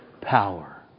power